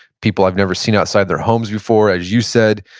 people i've never seen outside their homes before. as you said,